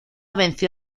venció